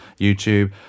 YouTube